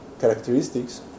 characteristics